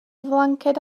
flanced